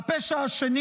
הפשע השני